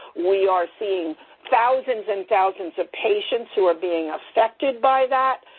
we are seeing thousands and thousands of patients who are being affected by that.